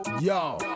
Yo